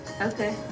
Okay